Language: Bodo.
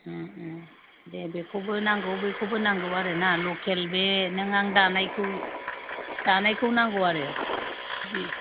दे बेखौबो नांगौ बैखौबो नांगौ आरोना लकेल बे नों आं दानायखौ दानायखौ नांगौ आरो बे